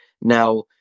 Now